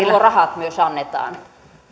nuo rahat myös annetaan